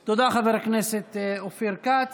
תודה, חבר הכנסת אופיר כץ.